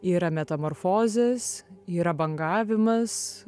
yra metamorfozės yra bangavimas